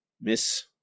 Miss